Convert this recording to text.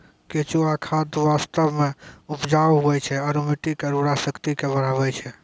केंचुआ खाद वास्तव मे उपजाऊ हुवै छै आरू मट्टी के उर्वरा शक्ति के बढ़बै छै